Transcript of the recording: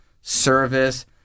service